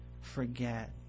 forget